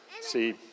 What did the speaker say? see